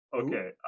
Okay